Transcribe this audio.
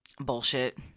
Bullshit